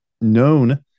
known